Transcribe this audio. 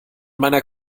meiner